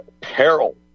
peril